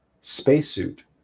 spacesuit